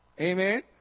Amen